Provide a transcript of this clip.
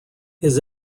his